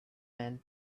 men